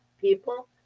people